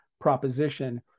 proposition